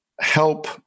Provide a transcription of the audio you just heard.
help